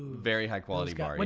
very high quality bar. but